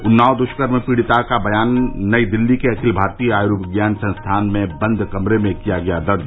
उन्नाव दुष्कर्म पीड़िता का बयान नई दिल्ली के अखिल भारतीय आयुर्विज्ञान संस्थान में बंद कमरे में किया गया दर्ज